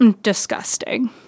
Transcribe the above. disgusting